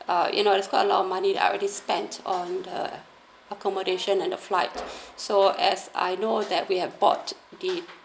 uh you know it's quite a lot of money I already spent on the accommodation and the flight so as I know that we have bought the